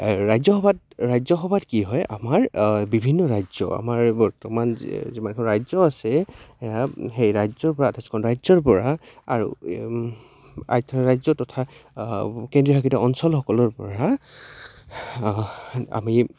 ৰাজ্যসভাত ৰাজ্যসভাত কি হয় আমাৰ বিভিন্ন ৰাজ্য আমাৰ বৰ্তমান য যিমানখন ৰাজ্য আছে স সেই ৰাজ্যৰ পৰা আঠাইছখন ৰাজ্যৰ পৰা আৰু ৰাজ্য তথা কেন্দ্ৰীয় শাসিত অঞ্চলসকলৰ পৰা আমি